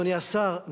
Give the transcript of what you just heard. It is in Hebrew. אדוני השר,